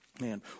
Man